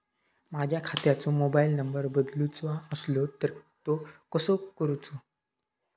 माझ्या खात्याचो mobile number बदलुचो असलो तर तो कसो करूचो?